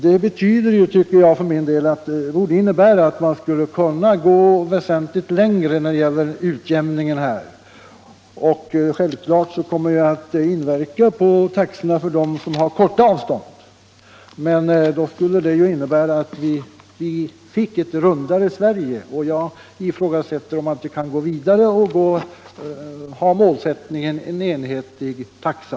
Detta — utjämning av borde innebära att man skulle kunna gå väsentligt längre när det gäller = telefontaxorna en utjämning på detta område. Självfallet kommer en sådan att inverka på taxorna för dem som har korta avstånd, men det skulle betyda att vi fick ett rundare Sverige. Jag ifrågasätter alltså om man inte kan gå vidare och ha målsättningen en enhetlig taxa.